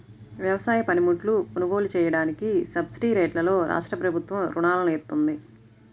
వ్యవసాయ పనిముట్లు కొనుగోలు చెయ్యడానికి సబ్సిడీరేట్లలో రాష్ట్రప్రభుత్వం రుణాలను ఇత్తంది